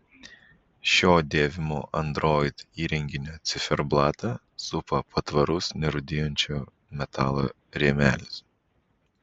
šio dėvimo android įrenginio ciferblatą supa patvarus nerūdijančio metalo rėmelis